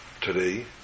today